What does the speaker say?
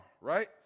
right